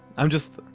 i'm just.